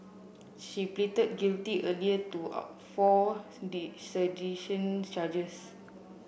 she pleaded guilty earlier to a four sedition charges